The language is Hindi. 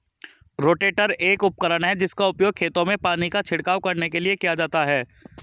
रोटेटर एक उपकरण है जिसका उपयोग खेतों में पानी का छिड़काव करने के लिए किया जाता है